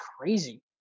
crazy